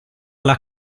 alla